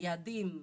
היעדים,